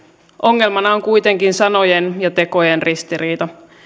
ongelmana on kuitenkin sanojen ja tekojen ristiriita